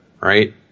right